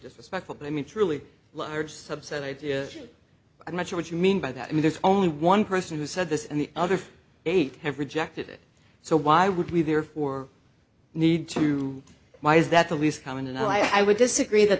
disrespectful but i mean truly large subset ideas i'm not sure what you mean by that i mean there's only one person who said this and the other eight have rejected it so why would we therefore need to why is that the least common and i would disagree that